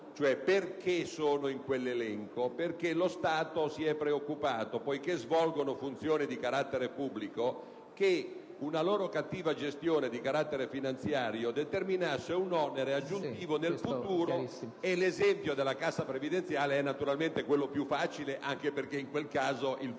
perché sono comprese in quell'elenco? Perché lo Stato si è preoccupato, poiché svolgono funzioni di carattere pubblico, che una loro cattiva gestione finanziaria determini un onere aggiuntivo nel futuro. L'esempio della cassa previdenziale è, naturalmente, quello più facile da fare, anche perché in quel caso il